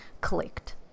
clicked